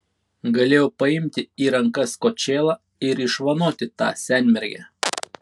galėjau paimti į rankas kočėlą ir išvanoti tą senmergę